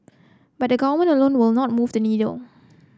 but government alone will not move the needle